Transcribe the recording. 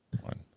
One